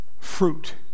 Fruit